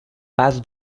pas